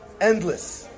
Endless